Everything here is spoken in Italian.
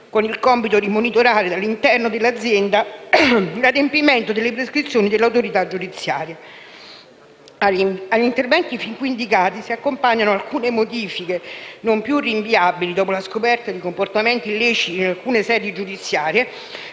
con il compito di monitorare dall'interno dell'azienda l'adempimento delle prescrizioni dell'autorità giudiziaria. Agli interventi fin qui indicati si accompagnano alcune modifiche - non più rinviabili, dopo la scoperta di comportamenti illeciti in alcune sedi giudiziarie